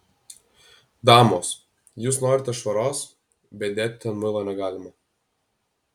damos jūs norite švaros bet dėti ten muilo negalima